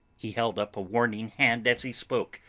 he held up a warning hand as he spoke,